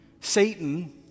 Satan